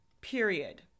Period